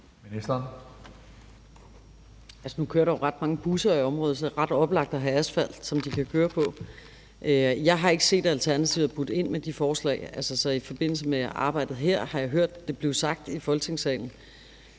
Nu kører der jo ret mange busser i området, så det er ret oplagt at have asfalt, som de kan køre på. Jeg har ikke set, at Alternativet er budt ind med de forslag. I forbindelse med arbejdet her har jeg hørt, at det er blevet sagt i Folketingssalen,